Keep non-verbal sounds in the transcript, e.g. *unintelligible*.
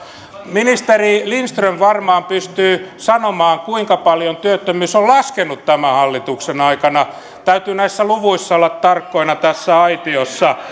ministeri lindström varmaan pystyy sanomaan kuinka paljon työttömyys on laskenut tämän hallituksen aikana täytyy näissä luvuissa olla tarkkana tässä aitiossa *unintelligible*